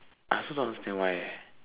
I also don't understand why eh